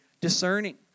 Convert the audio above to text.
discerning